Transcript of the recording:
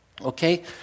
okay